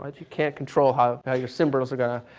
and you can't control how how your symbols are going to